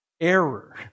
error